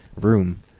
room